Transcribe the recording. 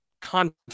content